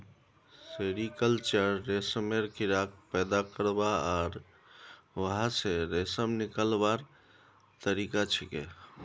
sericulture रेशमेर कीड़ाक पैदा करवा आर वहा स रेशम निकलव्वार तरिका छिके